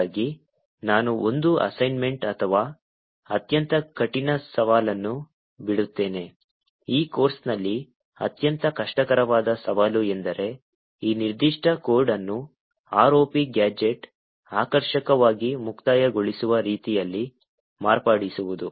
ಹಾಗಾಗಿ ನಾನು ಒಂದು ಅಸೈನ್ಮೆಂಟ್ ಅಥವಾ ಅತ್ಯಂತ ಕಠಿಣ ಸವಾಲನ್ನು ಬಿಡುತ್ತೇನೆ ಈ ಕೋರ್ಸ್ನಲ್ಲಿ ಅತ್ಯಂತ ಕಷ್ಟಕರವಾದ ಸವಾಲು ಎಂದರೆ ಈ ನಿರ್ದಿಷ್ಟ ಕೋಡ್ ಅನ್ನು ROP ಗ್ಯಾಜೆಟ್ ಆಕರ್ಷಕವಾಗಿ ಮುಕ್ತಾಯಗೊಳಿಸುವ ರೀತಿಯಲ್ಲಿ ಮಾರ್ಪಡಿಸುವುದು